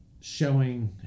showing